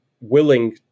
willing